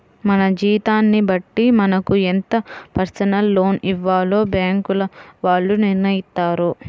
మన జీతాన్ని బట్టి మనకు ఎంత పర్సనల్ లోన్ ఇవ్వాలో బ్యేంకుల వాళ్ళు నిర్ణయిత్తారు